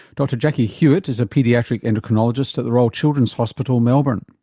dr jacky hewitt is a paediatric endocrinologist at the royal children's hospital melbourne.